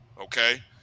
Okay